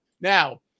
Now